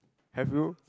have you